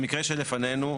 במקרה שלפנינו,